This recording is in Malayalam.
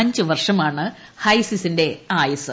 അഞ്ചു വർഷമാണ് ഹൈസിസിന്റെ ആയുസ്സ്